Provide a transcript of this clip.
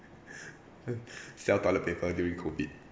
sell toilet paper during COVID